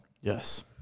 Yes